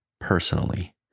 personally